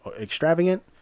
extravagant